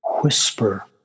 whisper